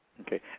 Okay